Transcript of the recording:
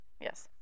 yes